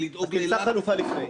לדאוג לאילת --- אז תמצא חלופה לפני.